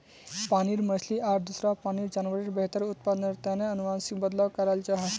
पानीर मछली आर दूसरा पानीर जान्वारेर बेहतर उत्पदानेर तने अनुवांशिक बदलाव कराल जाहा